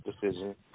decision